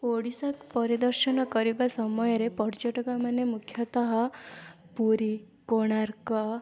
ଓଡ଼ିଶା ପରିଦର୍ଶନ କରିବା ସମୟରେ ପର୍ଯ୍ୟଟକମାନେ ମୁଖ୍ୟତଃ ପୁରୀ କୋଣାର୍କ